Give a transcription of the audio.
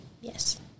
yes